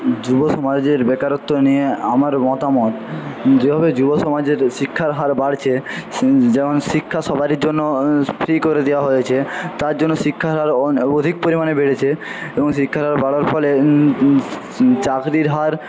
যুবসমাজের বেকারত্ব নিয়ে আমার মতামত যেভাবে যুবসমাজের শিক্ষার হার বাড়ছে যেমন শিক্ষা সবারই জন্য ফ্রি করে দেওয়া হয়েছে তার জন্য শিক্ষার হার অধিক পরিমাণে বেড়েছে এবং শিক্ষার হার বাড়ার ফলে চাকরির হার